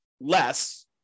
less